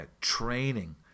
training